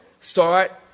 start